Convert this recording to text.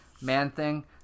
Man-Thing